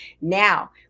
Now